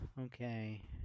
okay